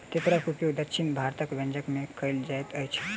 तेतैरक उपयोग दक्षिण भारतक व्यंजन में कयल जाइत अछि